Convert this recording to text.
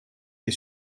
les